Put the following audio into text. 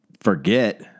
forget